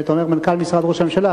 אתה אומר מנכ"ל משרד ראש הממשלה,